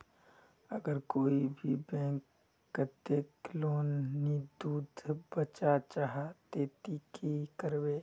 अगर कोई भी बैंक कतेक लोन नी दूध बा चाँ जाहा ते ती की करबो?